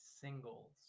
singles